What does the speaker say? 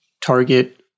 target